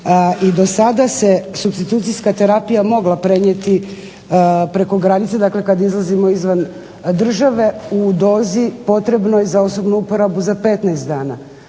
i do sada se supstitucijska terapija mogla prenijeti preko granice, dakle kad izlazimo izvan države u dozi potrebnoj za osobnu uporabu za 15 dana.